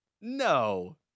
No